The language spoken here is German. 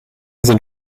sind